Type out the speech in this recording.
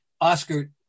oscar